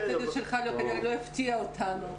המצגת שלך לא הפתיעה אותנו.